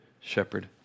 shepherd